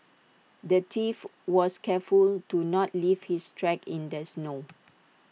the thief was careful to not leave his tracks in the snow